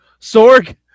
Sorg